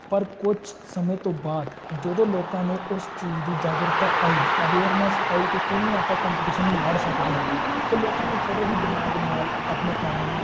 ਪਰ ਕੁਛ ਸਮੇਂ ਤੋਂ ਬਾਅਦ ਜਦੋਂ ਲੋਕਾਂ ਨੂੰ ਉਸ ਚੀਜ਼ ਦੀ ਜਾਗਰੂਕਤਾ ਆਈ ਅਵੇਅਰਨੈਂਸ ਆਈ ਕਿ ਕਿਵੇਂ ਆਪਾਂ ਕੋਂਪੀਟੀਸ਼ਨ ਨੂੰ ਲੜ ਸਕਦੇ ਹਾਂ ਅਤੇ ਲੋਕਾਂ ਨੂੰ ਬੜੇ ਹੀ ਦਿਮਾਗ਼ ਨਾਲ ਆਪਣੇ ਕੰਮ ਨੂੰ